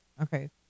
okay